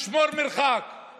לשמור מרחק,